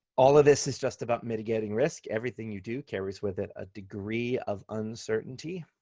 all of this is just about mitigating risk. everything you do carries with it a degree of uncertainty,